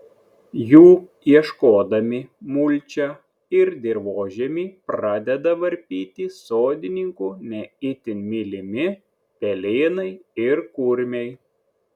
jų ieškodami mulčią ir dirvožemį pradeda varpyti sodininkų ne itin mylimi pelėnai ir kurmiai